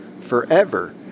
forever